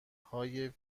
های